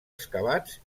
excavats